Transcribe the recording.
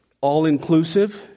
all-inclusive